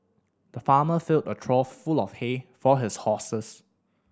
the farmer filled a trough full of hay for his horses